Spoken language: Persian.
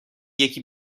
یکی